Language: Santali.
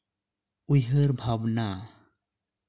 ᱩᱭᱦᱟᱹᱨ ᱵᱷᱟᱵᱽᱱᱟ